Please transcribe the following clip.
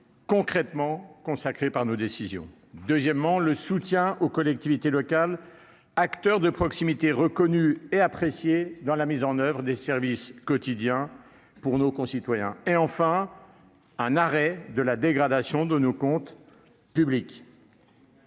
concrètement consacrée par nos décisions ; deuxièmement, le soutien aux collectivités locales, acteurs de proximité reconnus et appréciés dans la mise en oeuvre des services quotidiens pour nos concitoyens ; troisièmement, l'arrêt de la dégradation de nos comptes publics.